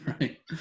right